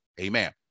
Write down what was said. Amen